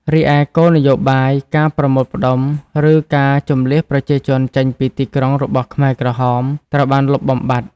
រីឯ គោលនយោបាយ "ការប្រមូលផ្ដុំ" ឬ ការជម្លៀសប្រជាជនចេញពីទីក្រុងរបស់ខ្មែរក្រហមត្រូវបានលុបបំបាត់។